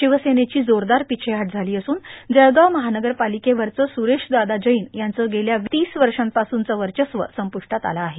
शिवसेनेची जोरदार पीछेहाट झाली असून जळगाव महानगरपालिकेवरचं सुरेशदादा जैन यांचं गेल्या तीस वर्षांपासूनचं वर्चस्व संपुष्टात आलं आहे